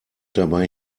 dabei